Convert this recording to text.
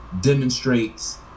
Demonstrates